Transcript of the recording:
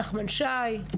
נחמן שי,